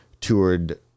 toured